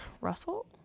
Russell